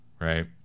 Right